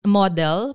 model